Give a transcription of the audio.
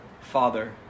Father